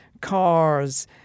cars